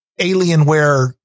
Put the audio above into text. alienware